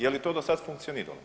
Je li to do sad funkcioniralo?